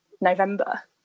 November